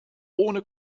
ohne